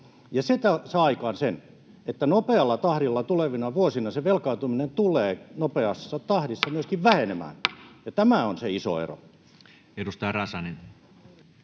ja se saa aikaan sen, että nopealla tahdilla tulevina vuosina velkaantuminen tulee nopeassa tahdissa myöskin vähenemään. Tämä on